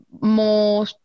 more